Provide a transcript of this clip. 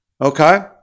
okay